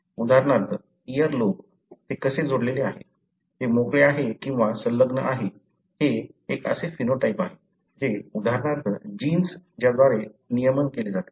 उदाहरणार्थ इअरलोब ते कसे जोडलेले आहे ते मोकळे आहे किंवा संलग्न आहे हे एक असे फेनोटाइप आहे जे उदाहरणार्थ जीन्स ज्याद्वारे नियमन केले जाते